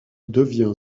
devient